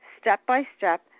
step-by-step